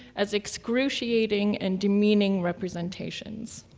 as excruciating and demeaning representations.